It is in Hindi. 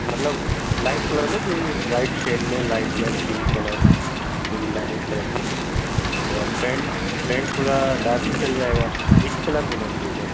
मतलब लाइट कलर में जो भी वाइट शेड में है लाइट कलर क्रीम कलर मे भी लाइट कलर के हों और पेंट पेंट थोड़ा डार्क भी चल जाएगा एक ही कलर होना चहिए पर